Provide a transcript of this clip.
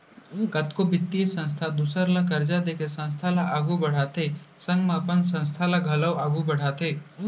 कतको बित्तीय संस्था दूसर ल करजा देके संस्था ल आघु बड़हाथे संग म अपन संस्था ल घलौ आघु बड़हाथे